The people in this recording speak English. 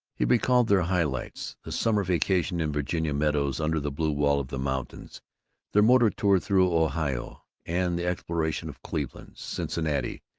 he recalled their high lights the summer vacation in virginia meadows under the blue wall of the mountains their motor tour through ohio, and the exploration of cleveland, cincinnati,